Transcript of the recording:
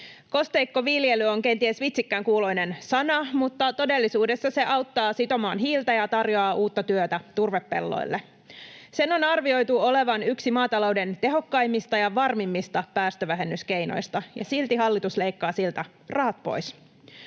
Kosteikkoviljely on kenties vitsikkään kuuloinen sana, mutta todellisuudessa se auttaa sitomaan hiiltä ja tarjoaa uutta työtä turvepelloille. Sen on arvioitu olevan yksi maatalouden tehokkaimmista ja varmimmista päästövähennyskeinoista, ja silti hallitus leikkaa siltä rahat pois.